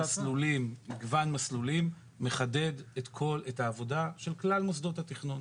של מגוון מסלולים מחדד את העבודה של כלל מוסדות התכנון.